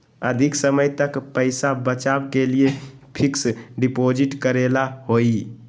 अधिक समय तक पईसा बचाव के लिए फिक्स डिपॉजिट करेला होयई?